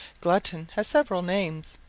glutton has several names.